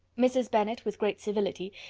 mrs. bennet, with great civility,